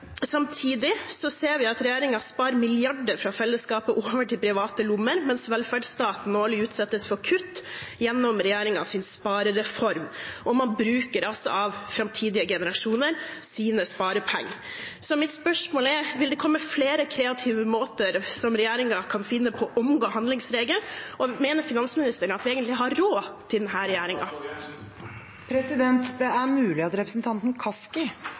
Samtidig ser vi at regjeringen spar milliarder fra fellesskapet over i private lommer, mens velferdsstaten årlig utsettes for kutt gjennom regjeringens sparereform. Og man bruker altså av framtidige generasjoners sparepenger. Mitt spørsmål er: Vil regjeringen finne flere kreative måter å omgå handlingsregelen på? Og mener finansministeren at vi egentlig har råd til denne regjeringen? Det er mulig representanten Kaski